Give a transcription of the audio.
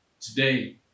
today